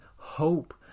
Hope